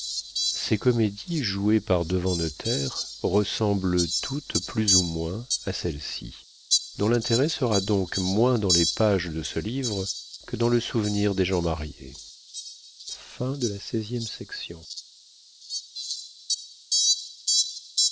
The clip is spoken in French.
ces comédies jouées par-devant notaire ressemblent toutes plus ou moins à celle-ci dont l'intérêt sera donc moins dans les pages de ce livre que dans le souvenir des gens mariés